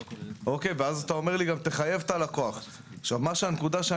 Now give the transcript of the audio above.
כי אם היינו מביאים שקית בין 20 ל-50 מיקרון היינו